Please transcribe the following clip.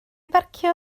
barcio